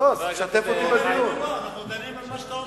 אנחנו דנים במה שאתה אומר.